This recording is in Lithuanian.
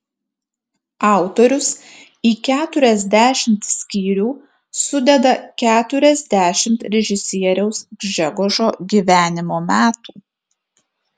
autorius į keturiasdešimt skyrių sudeda keturiasdešimt režisieriaus gžegožo gyvenimo metų